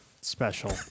special